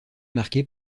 marquée